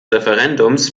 referendums